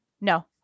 No